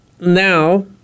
Now